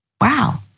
wow